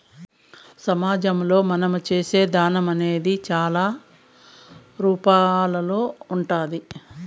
సమాజంలో మనం చేసే దానం అనేది చాలా రూపాల్లో ఉంటాది